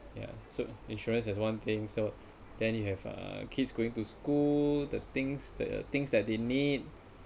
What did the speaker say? so insurance as one thing so then you have uh kids going to school the things the things that they need